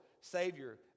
Savior